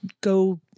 go